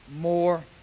more